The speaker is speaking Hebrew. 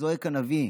זועק הנביא.